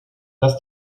dass